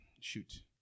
shoot